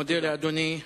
מודה לאדוני.